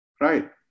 Right